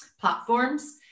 platforms